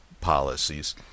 policies